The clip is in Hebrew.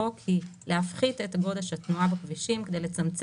שלחתי אותה לאדוני ואני אומר בצורה ברורה,